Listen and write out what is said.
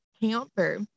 camper